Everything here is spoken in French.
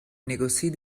négocie